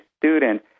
student